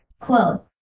quote